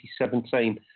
2017